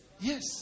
Yes